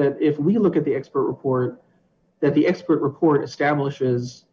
that if we look at the expert report that the expert report establishes